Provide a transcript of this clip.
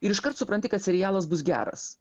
ir iškart supranti kad serialas bus geras